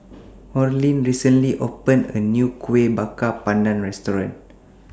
Orlin recently opened A New Kueh Bakar Pandan Restaurant